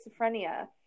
schizophrenia